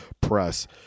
press